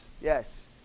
Yes